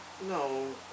No